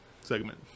segment